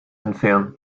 entfernen